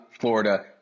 Florida